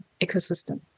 ecosystem